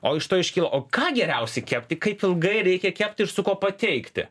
o iš to iškilo o ką geriausia kepti kaip ilgai reikia kepti ir su kuo pateikti